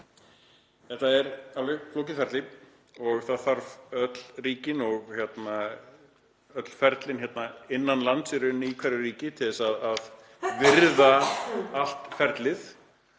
Þetta er flókið ferli og það þarf öll ríkin og öll ferlin innan lands og í rauninni í hverju ríki til þess að virða allt ferlið.